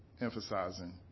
emphasizing